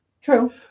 True